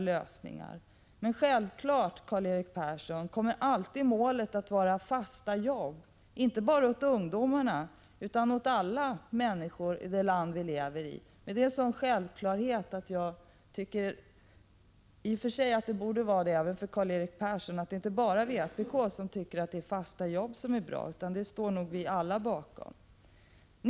Men målet kommer självfallet, Karl-Erik Persson, att vara fasta jobb — inte bara åt ungdomarna, utan åt alla människor i vårt land. Det borde vara en självklarhet även för Karl-Erik Persson. Det är inte bara vpk som tycker att det är bättre med fasta jobb, utan det kravet står vi nog alla bakom.